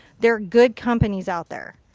there are good companies out there.